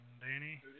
Danny